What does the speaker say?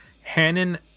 Hannon